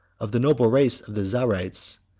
of the noble race of the zahrites,